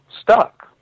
stuck